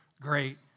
great